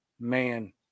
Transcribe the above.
man